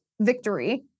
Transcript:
victory